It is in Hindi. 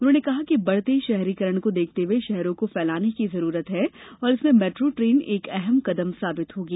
उन्होंने कहा कि बढ़ते शहरीकरण को देखते हुये शहरों को फैलाने की जरूरत है और इसमें मेट्रो ट्रेन एक अहम कदम साबित होगी